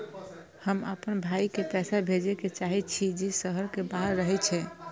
हम आपन भाई के पैसा भेजे के चाहि छी जे शहर के बाहर रहे छै